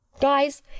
Guys